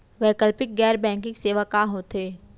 वैकल्पिक गैर बैंकिंग सेवा का होथे?